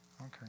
Okay